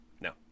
No